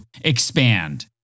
expand